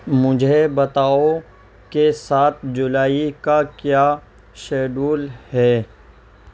مجھے بتاؤ کہ سات جولائی کا کیا شیڈول ہے